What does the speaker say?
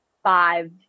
five